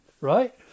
right